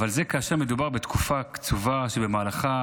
אבל זה כאשר מדובר בתקופה קצובה שבמהלכה